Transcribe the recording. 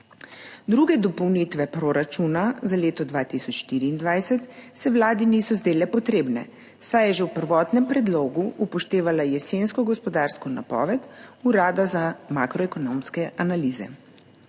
Druge dopolnitve proračuna za leto 2024 se Vladi niso zdele potrebne, saj je že v prvotnem predlogu upoštevala jesensko gospodarsko napoved Urada za makroekonomske analize